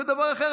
זה דבר אחר.